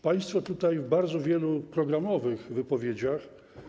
Państwo tutaj w bardzo wielu programowych wypowiedziach.